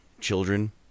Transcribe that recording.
Children